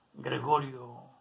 Gregorio